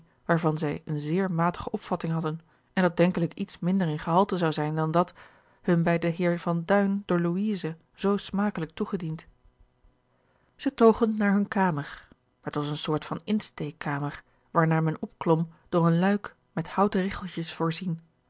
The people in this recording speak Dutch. waarvan zij eene zeer matige opvatting hadden en dat denkelijk iets minder in gehalte zou zijn dan dat hun bij den heer van duin door louise zoo smakelijk toegediend zij togen naar hunne kamer het was eene soort van insteekkamer waarnaar men opklom door een luik van houten rigcheltjes voorzien